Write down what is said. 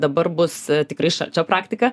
dabar bus tikrai šalčio praktika